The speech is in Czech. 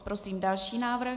Prosím další návrh.